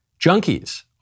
Junkies